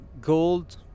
gold